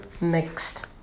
next